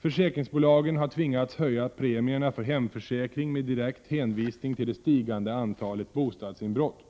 Försäkringsbolagen har tvingats höja premierna för hemförsäkring med direkt hänvisning till det stigande antalet bostadsinbrott.